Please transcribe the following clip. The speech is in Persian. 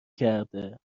کرده